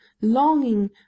longing